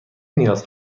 نیاز